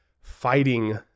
fighting